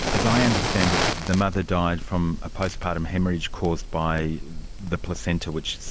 as i understand it the mother died from a postpartum haemorrhage caused by the placenta which.